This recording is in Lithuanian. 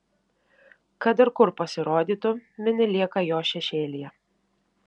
kad ir kur pasirodytų mini lieka jo šešėlyje